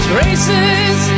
Traces